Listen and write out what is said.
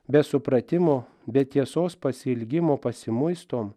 be supratimo be tiesos pasiilgimo pasimuistom